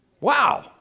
Wow